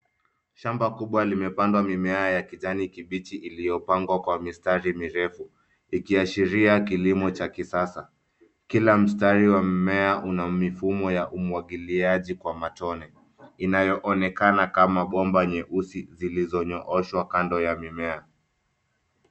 Shamba kubwa limepandwa mimea ya kijani kibichi iliyopangwa kwa mistari mirefu ikiashiria kilimo cha kisasa. Kila mstari wa mmea una mfumo wa umwagiliaji kwa matone inayoonekana kama bomba nyeusi zilizonyooshwa kando ya mimea.